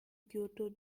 kyoto